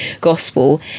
gospel